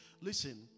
Listen